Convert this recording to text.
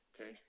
Okay